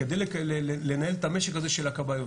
כדי לנהל את המשק הזה של הכבאיות.